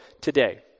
today